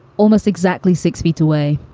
almost exactly six feet away.